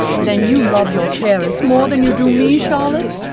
then you love your parents more than you do me, charlotte?